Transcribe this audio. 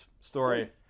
story